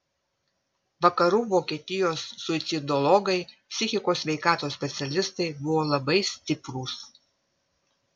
vakarų vokietijos suicidologai psichikos sveikatos specialistai buvo labai stiprūs